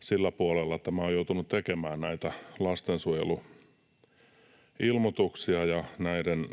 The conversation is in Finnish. sillä puolella, että olen joutunut tekemään näitä lastensuojeluilmoituksia, ja